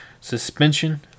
suspension